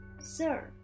Sir